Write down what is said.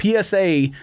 PSA